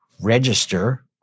register